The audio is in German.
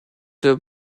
der